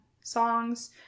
songs